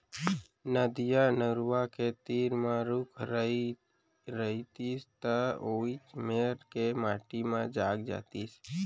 नदिया, नरूवा के तीर म रूख राई रइतिस त वोइच मेर के माटी म जाग जातिस